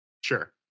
Sure